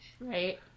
Right